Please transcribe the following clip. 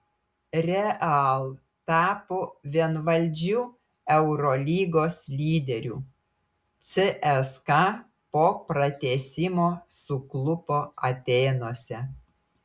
real tapo vienvaldžiu eurolygos lyderiu cska po pratęsimo suklupo atėnuose